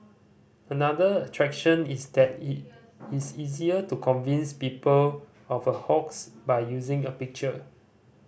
another attraction is that it is easier to convince people of a hoax by using a picture